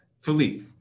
Philippe